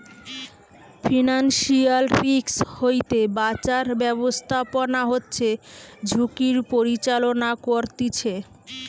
financial risk হইতে বাঁচার ব্যাবস্থাপনা হচ্ছে ঝুঁকির পরিচালনা করতিছে